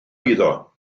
iddo